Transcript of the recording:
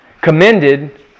commended